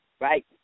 Right